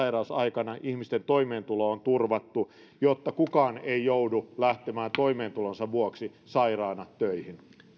sairausaikana ihmisten toimeentulo on turvattu jotta kukaan ei joudu lähtemään toimeentulonsa vuoksi sairaana töihin